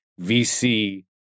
VC